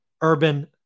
urban